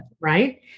right